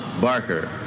Barker